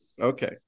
Okay